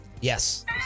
Yes